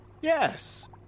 Yes